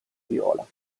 viola